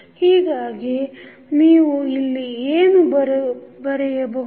ಹೀಗಾಗಿ ನೀವು ಇಲ್ಲಿ ಏನು ಬರೆಯಬಹುದು